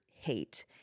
hate